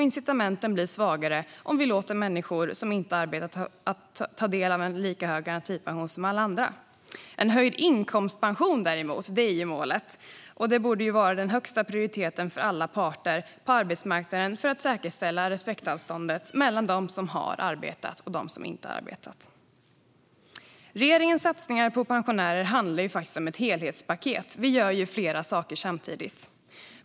Incitamenten blir också svagare om vi låter människor som inte arbetat ta del av en lika hög garantipension som alla andra. En höjd inkomstpension, däremot, är målet. Det borde vara den högsta prioriteten för alla parter på arbetsmarknaden för att säkerställa respektavståndet mellan dem som har arbetat och dem som inte har arbetat. Regeringens satsningar på pensionärer ingår i ett helhetspaket - vi gör flera saker samtidigt.